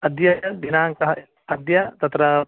अद्य दिनाङ्कः अद्य तत्र